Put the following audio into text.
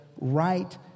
right